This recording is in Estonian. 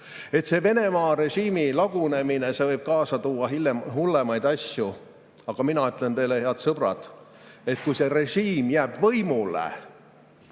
Venemaa režiimi lagunemine võib hiljem kaasa tuua hullemaid asju. Aga mina ütlen teile, head sõbrad, et kui see režiim jääb võimule,